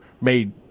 made